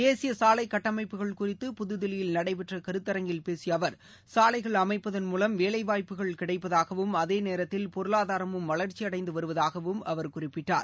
தேசிய சாலை கட்டமைப்புகள் குறித்து புதுதில்லியில் நடைபெற்ற கருத்தரங்கில் பேசிய அவர் சாலைகள் அமைப்பதன் மூலம் வேலைவாய்ப்புகள் கிடைப்பதாகவும் அதே நேரத்தில் பொருளாதூரமும் வளர்ச்சியடைந்து வருவதாகவும் அவர் குறிப்பிட்டார்